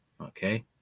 Okay